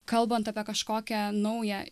kalbant apie kažkokią naują